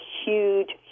huge